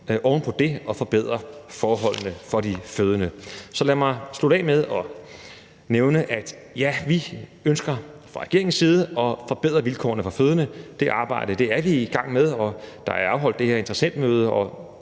ind og forbedrer forholdene for de fødende. Så lad mig slutte af med at nævne, at vi fra regeringens side ønsker at forbedre vilkårene for fødende. Det arbejde er vi i gang med, og der er afholdt det her interessentmøde, og